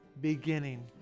beginning